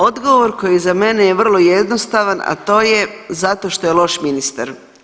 Odgovor koji za mene je vrlo jednostavan, a to je zato što je loš ministar.